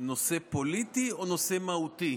כנושא פוליטי או נושא מהותי,